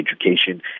education